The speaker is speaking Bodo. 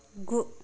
गु